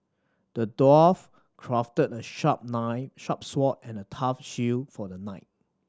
the dwarf crafted a sharp nine a sharp sword and a tough shield for the knight